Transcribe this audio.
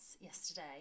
yesterday